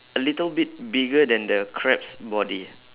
a little bit bigger than the crab's body